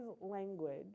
language